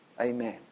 amen